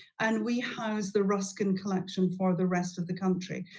and we house the ruskin collection for the rest of the country.